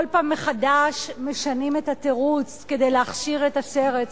כל פעם מחדש משנים את התירוץ כדי להכשיר את השרץ,